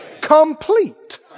Complete